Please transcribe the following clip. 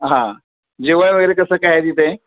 हां जेवण वगैरे कसं काय आहे तिथे